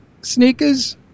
Sneakers